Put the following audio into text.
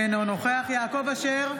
אינו נוכח יעקב אשר,